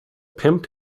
pimped